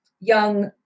young